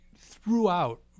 throughout